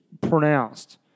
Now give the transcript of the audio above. pronounced